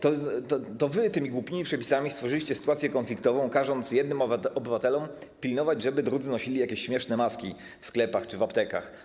To wy tymi głupimi przepisami stworzyliście sytuację konfliktową, każąc jednym obywatelom pilnować, żeby drudzy nosili jakieś śmieszne maski w sklepach czy w aptekach.